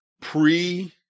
pre